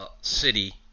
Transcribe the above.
city